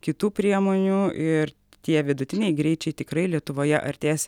kitų priemonių ir tie vidutiniai greičiai tikrai lietuvoje artės